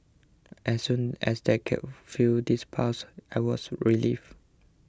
as soon as they could feel this pulse I was relieved